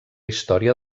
història